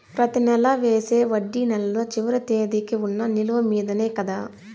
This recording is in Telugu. ప్రతి నెల వేసే వడ్డీ నెలలో చివరి తేదీకి వున్న నిలువ మీదనే కదా?